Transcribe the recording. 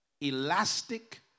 Elastic